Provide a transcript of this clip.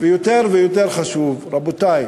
ויותר ויותר חשוב, רבותי,